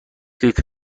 لیتر